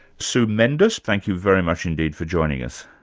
sue mendus, thank you very much indeed for joining us.